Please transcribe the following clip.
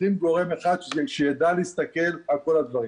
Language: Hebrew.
צריכים גורם אחד שיידע להסתכל על כל הדברים.